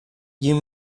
you